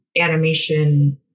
animation